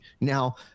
Now